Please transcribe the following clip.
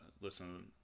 listen